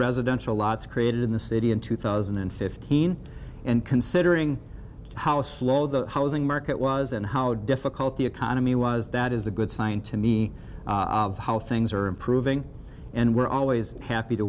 residential lots created in the city in two thousand and fifteen and considering how slow the housing market was and how difficult the economy was that is a good sign to me of how things are improving and we're always happy to